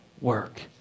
work